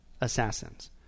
assassins